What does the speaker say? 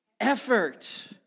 Effort